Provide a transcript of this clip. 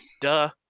duh